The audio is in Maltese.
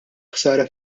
ħsara